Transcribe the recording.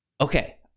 okay